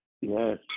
Yes